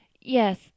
Yes